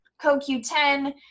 CoQ10